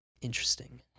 interesting